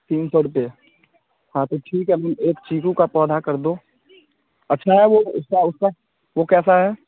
तीन सौ रुपये हाँ तो ठीक है एक चीकू का पौधा कर दो अच्छा है वह उसका उसका वह कैसा है